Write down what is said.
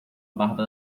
barba